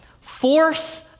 force